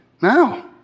Now